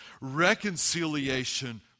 Reconciliation